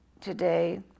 today